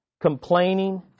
complaining